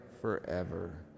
forever